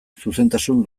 zuzentasun